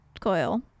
coil